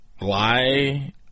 lie